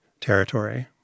territory